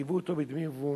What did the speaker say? חייבו אותו בדמי היוון,